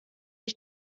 ich